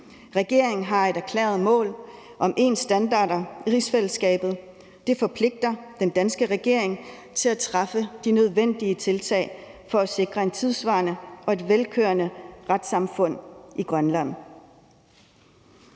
Regeringen har et erklæret mål om ens standarder i rigsfællesskabet. Det forpligter den danske regering til at træffe de nødvendige tiltag for at sikre et tidssvarende og velkørende retssamfund i Grønland.